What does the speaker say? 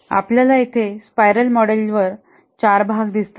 आपल्यास येथे स्पाइरलं मॉडेलवर चार भाग दिसतात